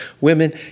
Women